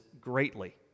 greatly